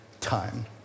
time